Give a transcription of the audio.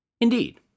Indeed